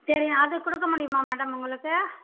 சரி அது கொடுக்க முடியுமா மேடம் உங்களுக்கு